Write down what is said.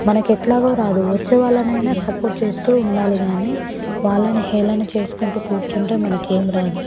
మనకి ఎట్లాగో రాదు వచ్చేవాళ్ళనైనా సపోర్ట్ చేస్తూ ఉండాలి కానీ వాళ్ళని హేళన చేసుకుంటూ కూర్చుంటే మనకేం రాదు